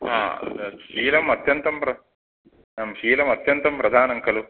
हा शीलम् अत्यन्तं प्रधानम् आं शीलमत्यन्तं प्रधानं खलु